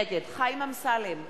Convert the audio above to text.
נגד חיים אמסלם,